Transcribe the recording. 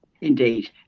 Indeed